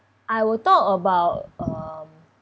I will talk about um